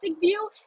view